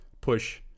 push